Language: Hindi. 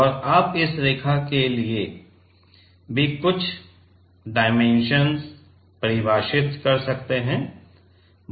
और आप इस रेखा के लिए भी कुछ डायमेंशन परिभाषित कर सकते हैं